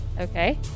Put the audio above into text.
Okay